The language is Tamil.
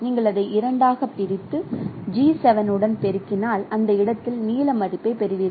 நீங்கள் அதை இரண்டாகப் பிரித்து G7 உடன் பெருக்கினால் அந்த இடத்தில் நீல மதிப்பைப் பெறுவீர்கள்